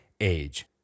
age